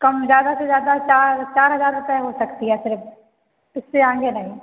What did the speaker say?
कम ज्यादा से ज्यादा चार चार हजार रुपए हो सकती है सिर्फ इससे आगे नहीं